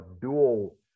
dual